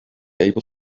able